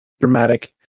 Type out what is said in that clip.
dramatic